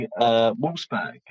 Wolfsburg